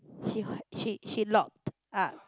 she she she locked up